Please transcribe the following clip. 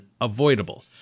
unavoidable